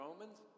Romans